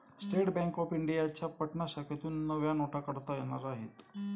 state bank of इंडियाच्या पटना शाखेतून नव्या नोटा काढता येणार आहेत